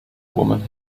woman